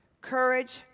courage